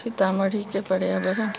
सीतामढ़ीके पर्यावरण